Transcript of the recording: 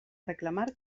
reclamar